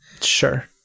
Sure